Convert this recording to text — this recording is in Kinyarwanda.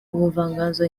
ubuvanganzo